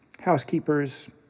housekeepers